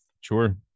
Sure